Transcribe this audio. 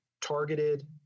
targeted